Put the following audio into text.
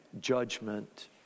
judgment